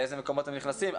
לאילו מקומות הם נכנסים,